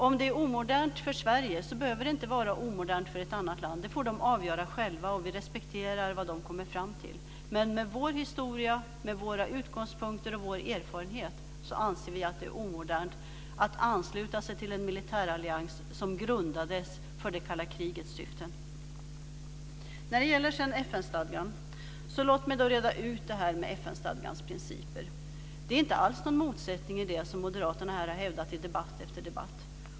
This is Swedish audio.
Om det är omodernt för Sverige, så behöver det inte vara omodernt för ett annat land. Det får detta land avgöra själv, och vi respekterar vad man kommer fram till. Men med vår historia, med våra utgångspunkter och mer vår erfarenhet så anser vi att det är omodernt att ansluta sig till en militärallians som grundades för det kalla krigets syften. Låt mig sedan reda ut detta med FN-stadgans principer. Det är inte alls någon motsättning i detta, som moderaterna har hävdat i debatt efter debatt.